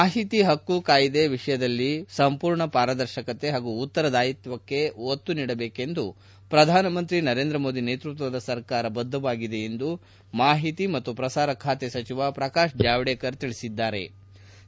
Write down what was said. ಮಾಹಿತಿ ಹಕ್ಕು ಕಾಯಿದೆ ವಿಷಯದಲ್ಲಿ ಸಂಪೂರ್ಣ ಪಾರದರ್ಶಕತೆ ಹಾಗೂ ಉತ್ತರದಾಯಿತ್ವಕ್ಕೆ ಒತ್ತು ನೀಡಬೇಕೆಂದು ಪ್ರಧಾನಮಂತ್ರಿ ನರೇಂದ್ರ ಮೋದಿ ನೇತೃತ್ವದ ಸರಕಾರ ಬದ್ದವಾಗಿದೆ ಎಂದು ಮಾಹಿತಿ ಮತ್ತು ಪ್ರಸಾರ ಖಾತೆ ಸಚಿವ ಪ್ರಕಾಶ್ ಜಾವಡೇಕರ್ ತಿಳಿಸಿದ್ಗಾರೆ